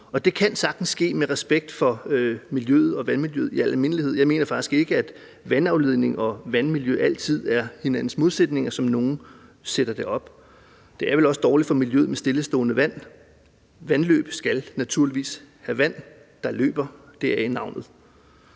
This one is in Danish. det kan sagtens ske med respekt for miljøet og vandmiljøet i almindelighed. Jeg mener faktisk ikke, at vandafledning og vandmiljø altid er hinandens modsætninger, sådan som nogle sætter det op. Det er vel også dårligt for miljøet med stillestående vand. Vandløb skal naturligvis have vand, der løber – deraf navnet.